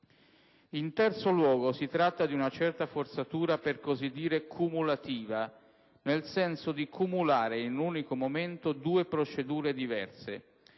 In terzo luogo, si tratta di una certa forzatura per così dire "cumulativa", nel senso di cumulare in un unico momento due procedure diverse: